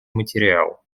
материал